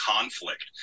conflict